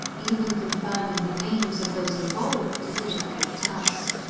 even confirming the names of those involved is a difficult task.